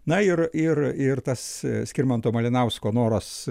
na ir ir ir tas skirmanto malinausko noras